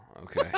Okay